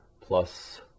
plus